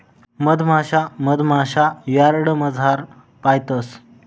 मधमाशा मधमाशा यार्डमझार पायतंस